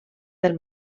del